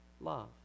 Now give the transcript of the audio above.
Love